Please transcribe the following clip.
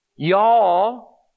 Y'all